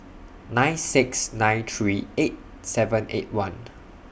nine six nine three eight seven eight one